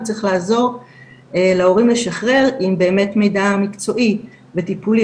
וצריך לעזור להורים לשחרר עם באמת מידע מקצועי וטיפולי,